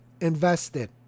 invested